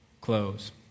close